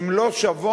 הן לא שוות